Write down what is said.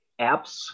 apps